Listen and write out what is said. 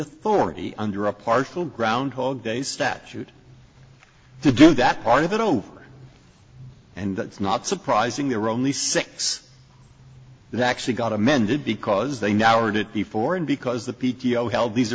authority under a partial groundhog day statute to do that part of it over and that's not surprising there were only six that actually got amended because they now read it before and because the p t o held these